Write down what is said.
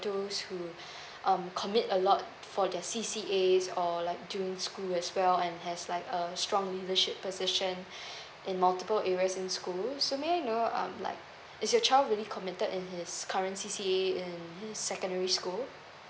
those who um commit a lot for their C_C_A or like during school as well and has like um strong leadership position in multiple areas in school so may I know um like is your child really committed in his current C_C_A in his secondary school